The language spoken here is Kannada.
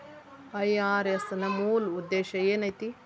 ಐ.ಆರ್.ಎಸ್ ನ ಮೂಲ್ ಉದ್ದೇಶ ಏನೈತಿ?